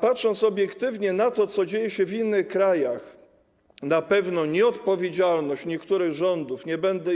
Patrząc obiektywnie na to, co dzieje się w innych krajach, na pewną nieodpowiedzialność niektórych rządów, nie będę